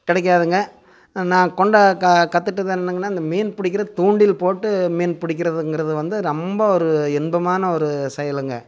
கிடைக்காதுங்க நான் கொண்ட கா கற்றுட்டது என்னங்கன்னா இந்த மீன் பிடிக்கிற தூண்டில் போட்டு மீன் பிடிக்கிறதுங்கிறது வந்து ரொம்ப ஒரு இன்பமான ஒரு செயலுங்க